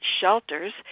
shelters